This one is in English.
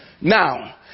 Now